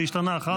זה השתנה אחר כך.